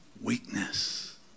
weakness